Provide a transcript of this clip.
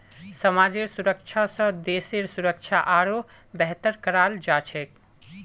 समाजेर सुरक्षा स देशेर सुरक्षा आरोह बेहतर कराल जा छेक